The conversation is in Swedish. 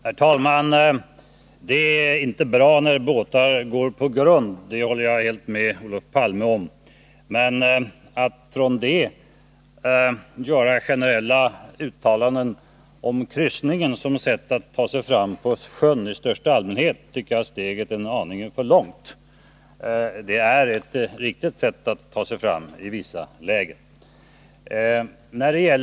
Herr talman! Det är inte bra när båtar går på grund — det håller jag helt med Olof Palme om. Men steget därifrån till att göra generella uttalanden om kryssningen som ett sätt att ta sig fram på sjön i största allmänhet tycker jag är aningen för långt. Det är ett riktigt sätt att ta sig fram på i vissa lägen.